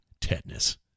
Tetanus